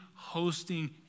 Hosting